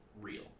real